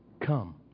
come